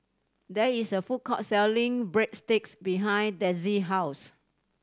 there is a food court selling Breadsticks behind Dezzie house